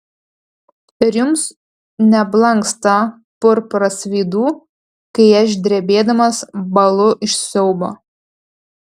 ir jums neblanksta purpuras veidų kai aš drebėdamas bąlu iš siaubo